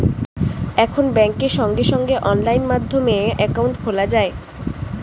এখন ব্যাংকে সঙ্গে সঙ্গে অনলাইন মাধ্যমে অ্যাকাউন্ট খোলা যায়